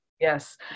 Yes